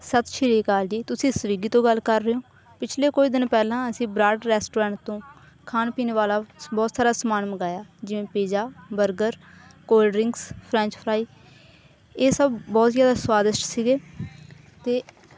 ਸਤਿ ਸ਼੍ਰੀ ਅਕਾਲ ਜੀ ਤੁਸੀਂ ਸਵੀਗੀ ਤੋਂ ਗੱਲ ਕਰ ਰਹੇ ਹੋ ਪਿਛਲੇ ਕੁਝ ਦਿਨ ਪਹਿਲਾਂ ਅਸੀਂ ਬਰਾੜ ਰੈਸਟੋਰੈਂਟ ਤੋਂ ਖਾਣ ਪੀਣ ਵਾਲਾ ਬਹੁਤ ਸਾਰਾ ਸਮਾਨ ਮੰਗਵਾਇਆ ਜਿਵੇਂ pizza burger cold drinks French fry ਇਸ ਬਹੁਤ ਜ਼ਿਆਦਾ ਸਵਾਦਿਸ਼ਟ ਸੀਗੇ ਅਤੇ